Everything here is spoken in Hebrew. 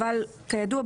אבל כידוע,